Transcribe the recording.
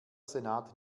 senat